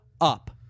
up